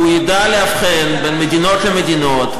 הוא ידע לאבחן בין מדינות למדינות,